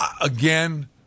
Again